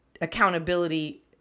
accountability